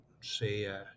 say